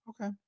okay